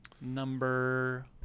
number